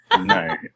No